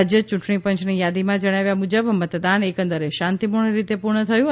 રાજ્ય યૂંટણી પંચની યાદીમાં જણાવ્યા મુજબ મતદાન એકંદરે શાંતિપૂર્ણ રીતે પૂર્ણ થયું છે